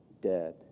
dead